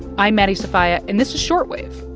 i'm maddie sofia, and this is short wave,